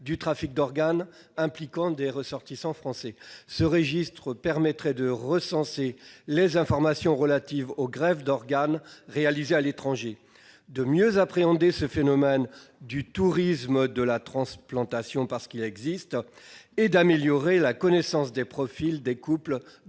du trafic d'organes impliquant des ressortissants français. Ce registre permettrait de recenser les informations relatives aux greffes d'organes réalisées à l'étranger, de mieux appréhender le phénomène du tourisme de transplantation, qui existe bel et bien, et d'améliorer la connaissance des profils des couples